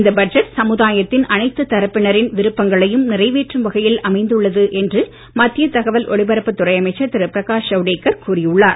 இந்த பட்ஜெட் சமுதாயத்தின் அனைத்து தரப்பினரின் விருப்பங்களையும் நிறைவேற்றும் வகையில் அமைந்துள்ளது என்று மத்திய தகவல் ஒலிபரப்புத் துறை அமைச்சர் திரு பிரகாஷ் ஜவடேகர் கூறி உள்ளார்